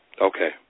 Okay